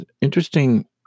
interesting